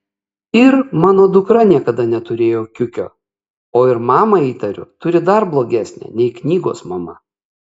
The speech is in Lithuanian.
ir mano dukra niekada neturėjo kiukio o ir mamą įtariu turi dar blogesnę nei knygos mama